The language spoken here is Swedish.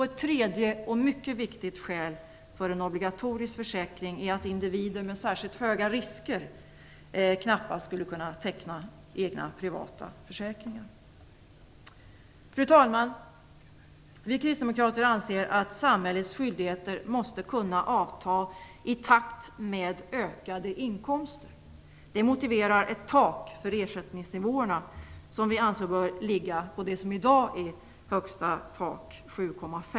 Ett tredje och mycket viktigt skäl för en obligatorisk försäkring är att individer med särskilt höga risker knappast skulle kunna teckna egna privata försäkringar. Fru talman! Vi kristdemokrater anser att samhällets skyldigheter måste kunna avta i takt med ökade inkomster. Det motiverar ett tak för ersättningsnivåerna som vi anser bör ligga på nuvarande nivå, dvs.